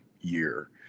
year